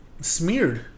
smeared